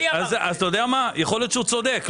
אז אתה יודע מה, יכול להיות שהוא צודק.